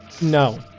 No